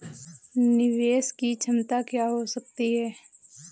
निवेश की क्षमता क्या हो सकती है?